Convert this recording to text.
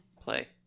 play